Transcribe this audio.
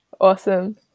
Awesome